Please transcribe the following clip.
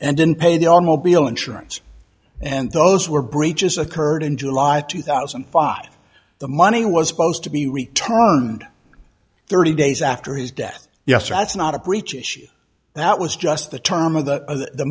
and didn't pay the all mobile insurance and those were breaches occurred in july two thousand and five the money was supposed to be returned thirty days after his death yes that's not a breach issue that was just the term of the